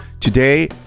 Today